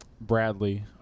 Bradley